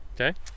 Okay